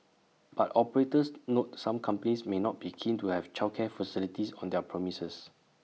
but operators noted some companies may not be keen to have childcare facilities on their premises